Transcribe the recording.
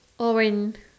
oh when